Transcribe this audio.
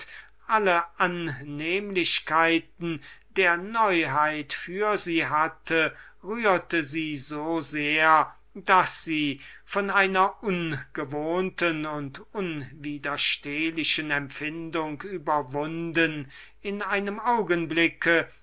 alle annehmlichkeiten der neuheit für sie hatte rührte sie so sehr daß sie von einer ungewohnten und unwiderstehlichen empfindung überwunden in einem augenblick